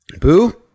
Boo